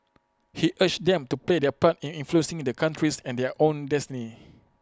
he urged them to play their part in influencing the country's and their own destiny